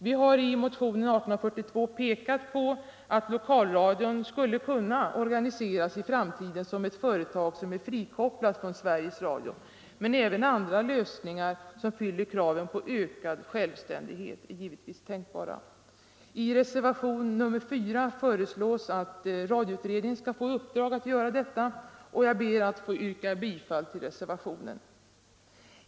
Vi har i motionen 1842 pekat på att lokalradion skulle kunna organiseras i framtiden som ett företag som är frikopplat från Sveriges Radio, men även andra lösningar som fyller kraven på ökad självständighet är givetvis tänkbara. I reservation nr 4 föreslås att radioutredningen skall få i uppdrag att göra detta, och jag ber att få yrka bifall till reservationen.